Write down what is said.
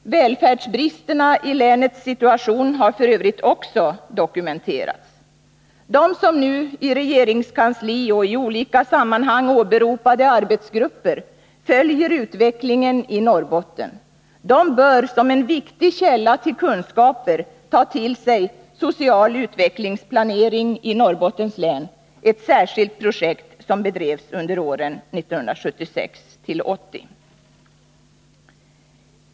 Välfärdsbristerna i länets situation har f.ö. också dokumenterats. De som nu i regeringskansli och i arbetsgrupper, åberopade i olika sammanhang, följer utvecklingen i Norrbotten bör som en viktig källa till kunskaper ta till sig Social utvecklingsplanering i Norrbottens län, ett särskilt projekt som bedrevs under åren 1976-1980.